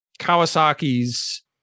Kawasaki's